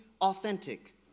authentic